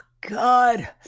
God